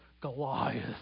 Goliath